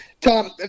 Tom